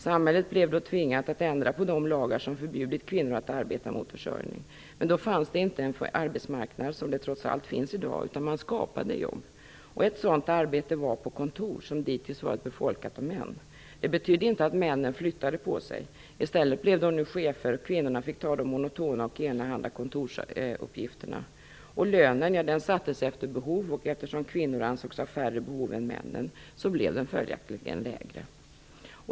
Samhället blev då tvingat att ändra på de lagar som förbjudit kvinnor att arbeta mot försörjning. Men då fanns det inte en arbetsmarknad, vilket det trots allt gör i dag, utan man skapade jobb. Ett sådant arbete var arbete på kontor, som ditintills befolkats av män. Det betydde inte att männen flyttade på sig. I stället blev de nu chefer och kvinnorna fick ta sig an de monotona och enahanda kontorsuppgifterna. Lönen sattes efter behov och eftersom kvinnor ansågs ha färre behov än män blev den följaktligen lägre.